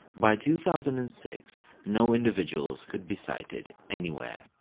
by two thousand and six no individuals could be sighted anywhere.